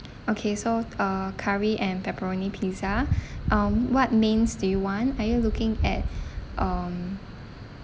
okay so uh curry and pepperoni pizza um what mains do you want are you looking at um